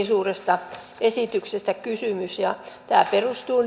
suuresta esityksestä kysymys ja tämä perustuu